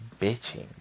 Bitching